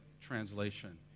translation